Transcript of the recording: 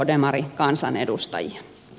arvoisa puhemies